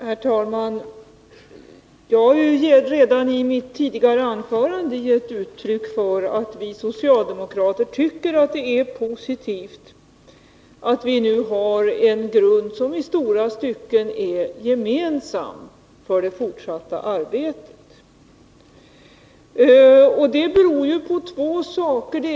Herr talman! Jag har redan i mitt tidigare anförande givit uttryck för att vi socialdemokrater tycker att det är positivt att vi nu i stora stycken har en gemensam grund för det fortsatta arbetet. Det beror på två omständigheter.